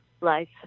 life